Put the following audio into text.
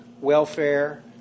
welfare